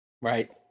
Right